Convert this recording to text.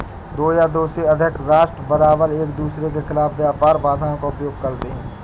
दो या दो से अधिक राष्ट्र बारबार एकदूसरे के खिलाफ व्यापार बाधाओं का उपयोग करते हैं